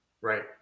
Right